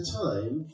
time